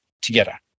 together